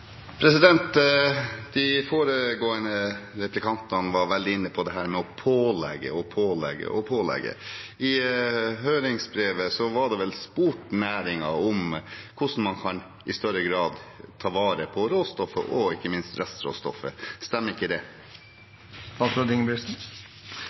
De foregående replikantene var veldig mye inne på det med å pålegge, pålegge og pålegge. I høringsbrevet var vel næringen spurt om hvordan man i større grad kan ta vare på råstoffet og ikke minst restråstoffet – stemmer ikke det?